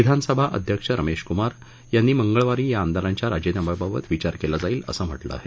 विधानसभा अध्यक्ष रमेश कुमार यांनी मंगळवारी या आमदारांच्या राजीनाम्याबाबत विचार केला जाईल अस म्हटलं आहे